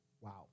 Wow